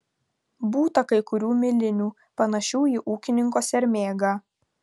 būta kai kurių milinių panašių į ūkininko sermėgą